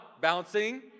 bouncing